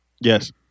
Yes